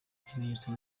kimenyetso